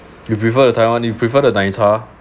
you prefer the taiwan you prefer the 奶茶